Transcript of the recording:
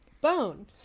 bone